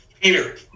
Peter